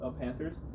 Panthers